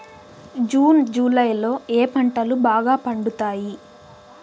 June July లో ఏ పంటలు బాగా పండుతాయా?